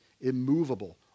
immovable